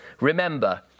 Remember